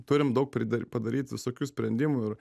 turim daug pridar padaryt visokių sprendimų ir